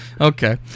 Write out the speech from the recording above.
Okay